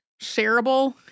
shareable